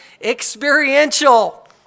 experiential